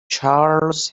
چارلز